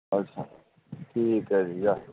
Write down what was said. ਅੱਛਾ ਠੀਕ ਹੈ ਜੀ ਆਹ